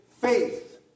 faith